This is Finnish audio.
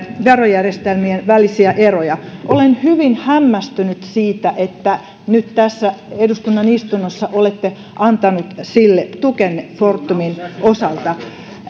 verojärjestelmien välisiä eroja olen hyvin hämmästynyt siitä että nyt tässä eduskunnan istunnossa olette antanut sille tukenne fortumin osalta